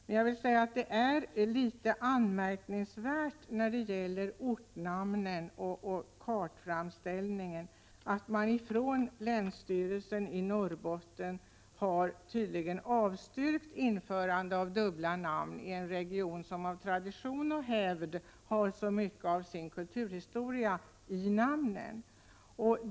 Men när det gäller ortnamnen och kartframställningen är det litet anmärkningsvärt att man ifrån länsstyrelsen i Norrbottens län tydligen har avstyrkt införande av dubbla namn. Det gäller ju en region som av tradition och hävd har så mycket av sin kulturhistoria i namnen.